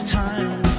time